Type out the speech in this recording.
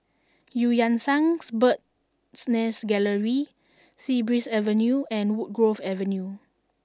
Eu Yan Sang Bird's Nest Gallery Sea Breeze Avenue and Woodgrove Avenue